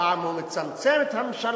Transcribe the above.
פעם הוא מצמצם את הממשלה,